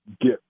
get